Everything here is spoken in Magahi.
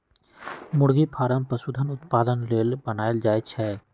मुरगि फारम पशुधन उत्पादन लेल बनाएल जाय छै